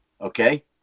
okay